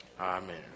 Amen